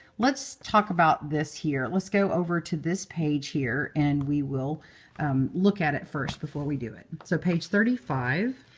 let's talk about this here. let's go over to this page here, and we will look at it first before we do it. so page thirty five.